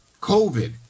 COVID